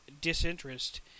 disinterest